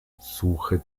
suche